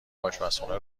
آشپزخونه